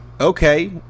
okay